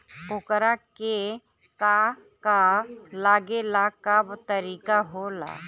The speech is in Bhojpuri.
ओकरा के का का लागे ला का तरीका होला?